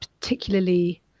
particularly